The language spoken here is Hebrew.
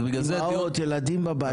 בגלל זה הדיון --- אימהות עם הילדים בבית,